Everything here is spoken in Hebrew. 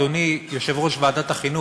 אדוני יושב-ראש ועדת החינוך,